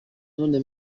none